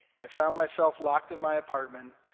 i found myself locked in my apartment,